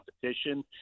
competition